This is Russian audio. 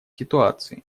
ситуации